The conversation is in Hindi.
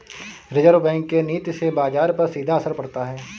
रिज़र्व बैंक के नीति से बाजार पर सीधा असर पड़ता है